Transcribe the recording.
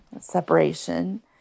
separation